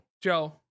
Joe